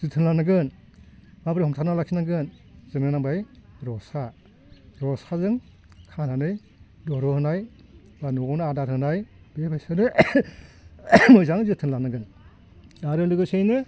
जोथोन लानांगोन माब्रै हमथाना लाखिनांगोन जोंनो नांबाय रसा रसाजों खानानै दर'नाय बा न'आवनो आदार होनाय बे बायसानो मोजां जोथोन लानांगोन आरो लोगोसेयैनो